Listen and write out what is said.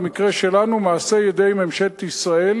במקרה שלנו מעשה ידי ממשלת ישראל,